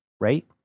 right